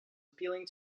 appealing